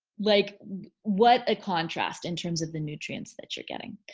like what a contrast in terms of the nutrients that you're getting.